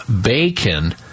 bacon